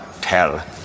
Tell